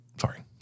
sorry